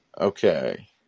Okay